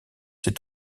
ses